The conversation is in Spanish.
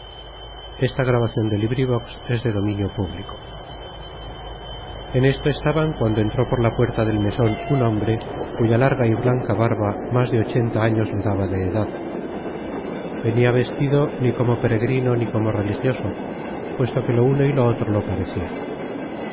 en esto estaban cuando entró por la puerta del meson un hombre cuya larga y blanca barba más de ochenta años le daba de edad venia vestido ni como peregrino ni como religioso puesto que lo uno y lo otro parecia